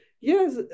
Yes